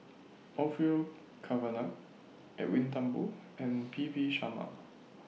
Orfeur Cavenagh Edwin Thumboo and P V Sharma